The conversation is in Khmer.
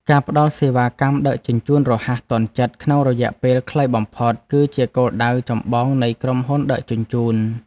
ការផ្តល់សេវាកម្មដឹកជញ្ជូនរហ័សទាន់ចិត្តក្នុងរយៈពេលខ្លីបំផុត គឺជាគោលដៅចម្បងនៃក្រុមហ៊ុនដឹកជញ្ជូន។